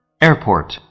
Airport